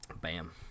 bam